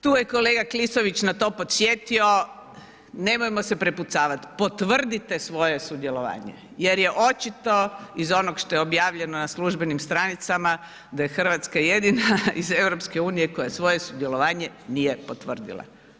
Tu je kolega Klisović na to podsjetio, nemojmo se prepucavati, potvrdite svoje sudjelovanje jer je očito iz onoga što je objavljeno na službenim stranicama da je Hrvatska jedina iz EU koja svoje sudjelovanje nije potvrdila.